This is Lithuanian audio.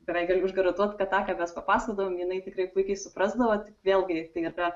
gerai galiu užgarantuot kad tą ką mes papasakodavom jinai tikrai puikiai suprasdavo tik vėlgi tai yra